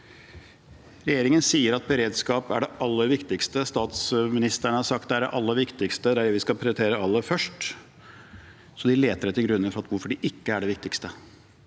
Regjeringen sier at beredskap er det aller viktigste. Statsministeren har sagt det er det aller viktigste, at det er det vi skal prioritere aller først – så de leter etter grunner for hvorfor det ikke er det viktigste,